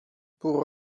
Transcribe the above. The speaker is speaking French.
pour